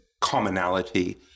commonality